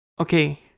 okay